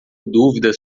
dúvidas